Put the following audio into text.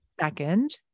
Second